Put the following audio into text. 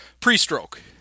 pre-stroke